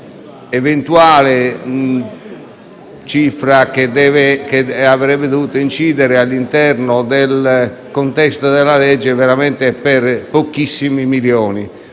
un'eventuale cifra che avrebbe dovuto incidere all'interno del contesto del provvedimento veramente per pochissimi milioni,